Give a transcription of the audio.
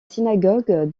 synagogue